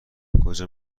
کجا